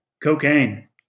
Cocaine